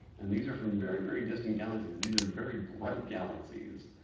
and these are from very very distant galaxies. these are very bright galaxies,